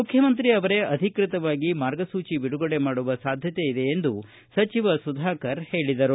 ಮುಖ್ಯಮಂತ್ರಿ ಅವರೇ ಅಧಿಕೃತವಾಗಿ ಮಾರ್ಗಸೂಚಿ ಬಿಡುಗಡೆ ಮಾಡುವ ಸಾಧ್ಯತೆಯಿದೆ ಎಂದು ಸಚಿವ ಸುಧಾಕರ್ ಹೇಳಿದರು